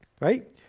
right